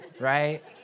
right